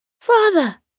Father